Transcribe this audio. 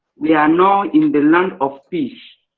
we are now in the land of peace.